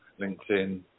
LinkedIn